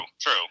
True